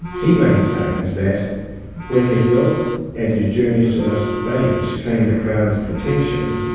he maintains that when his wealth and his journeys to las vegas came to crown's attention,